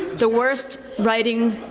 the worst writing,